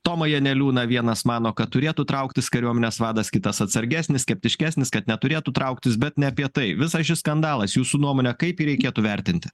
tomą janeliūną vienas mano kad turėtų trauktis kariuomenės vadas kitas atsargesnis skeptiškesnis kad neturėtų trauktis bet ne apie tai visas šis skandalas jūsų nuomone kaip jį reikėtų vertinti